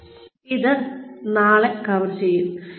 നമ്മൾ ഇത് നാളെ കവർ ചെയ്യും